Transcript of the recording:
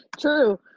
true